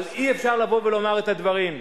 אבל אי-אפשר לבוא ולומר את הדברים.